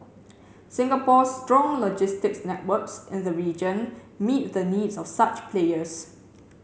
Singapore strong logistics networks in the region meet the needs of such players